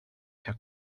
her